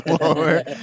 over